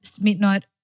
midnight